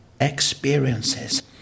experiences